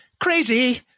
crazy